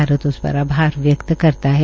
भारत उस पर आभार व्यकत करता है